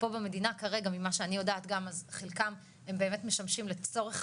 פה במדינה כרגע ממה שאני יודעת גם אז חלקם הם באמת משמשים לצורך